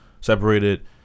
separated